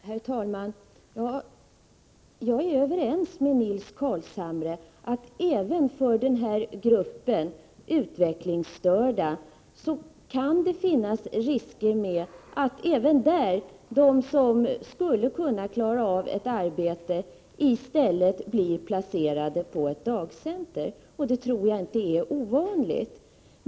Herr talman! Jag är överens med Nils Carlshamre. Även för denna grupp utvecklingsstörda finns risken att de som skulle kunna klara av ett arbete i stället blir placerade på ett dagcenter. Det tror jag inte är ovanligt.